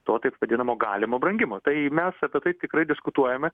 to taip vadinamo galimo brangimo tai mes apie tai tikrai diskutuojame